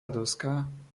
doska